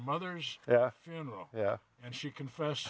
mother's yeah you know yeah and she confessed